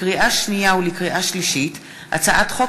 לקריאה שנייה ולקריאה שלישית: הצעת חוק